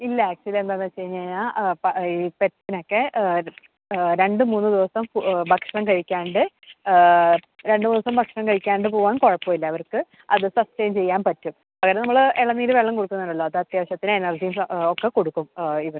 ഇല്ല ആക്ച്വലി എന്താണെന്ന് വെച്ചുകഴിഞ്ഞുകഴിഞ്ഞാൽ ഈ പെറ്റ്സിനൊക്കെ രണ്ട് മൂന്ന് ദിവസം ഭക്ഷണം കഴിക്കാണ്ട് രണ്ട് മൂന്ന് ദിവസം ഭക്ഷണം കഴിക്കാണ്ട് പോവാം കുഴപ്പമില്ല അവർക്ക് അത് സസ്റ്റേയ്ൻ ചെയ്യാൻ പറ്റും അങ്ങനെ നമ്മൾ ഇളനീർ വെള്ളം കൊടുക്കുന്നുണ്ടല്ലോ അത് അത്യാവശ്യത്തിന് എനർജിയും ഒക്കെ കൊടുക്കും ഇവൻ